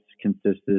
consisted